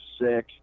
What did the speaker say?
sick